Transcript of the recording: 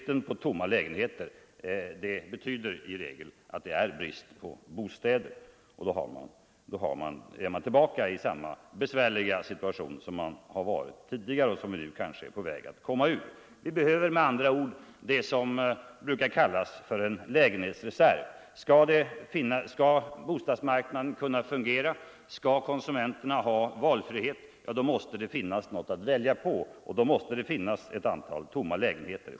Inga tomma lägenheter betyder i regel brist på bostäder — och då är vi tillbaka i samma besvärliga situation som vi har varit i tidigare och nu kanske är på väg att komma ur. Vi behöver med andra ord det som brukar kallas en lägenhetsreserv. Skall bostadsmarknaden kunna fungera, skall konsumenterna ha valfrihet måste det finnas något att välja på, och då måste det finnas ett antal tomma lägenheter.